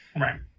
Right